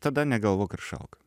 tada negalvok ir šauk